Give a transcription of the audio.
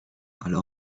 ale